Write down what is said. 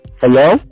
Hello